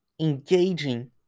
Engaging